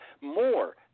more